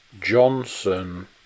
Johnson